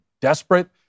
desperate